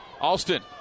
Alston